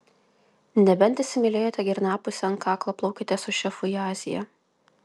nebent įsimylėjote girnapusę ant kaklo plaukiate su šefu į aziją